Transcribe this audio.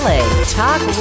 Talk